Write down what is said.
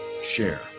Share